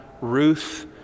Ruth